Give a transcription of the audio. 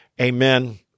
Amen